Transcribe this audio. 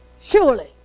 Surely